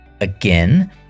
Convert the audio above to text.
again